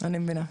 אני מבינה.